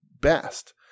best